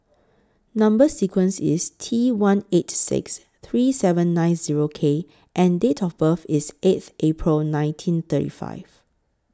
Number sequence IS T one eight six three seven nine Zero K and Date of birth IS eighth April nineteen thirty five